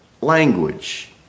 language